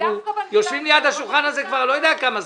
אנחנו יושבים ליד השולחן הזה כבר הרבה זמן.